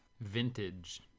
vintage